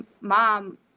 mom